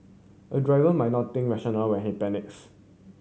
a driver might not think rational when he panics